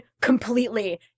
completely